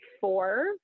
four